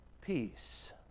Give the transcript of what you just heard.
peace